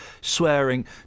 swearing